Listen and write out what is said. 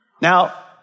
Now